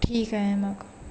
ठीक आहे मग